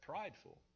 prideful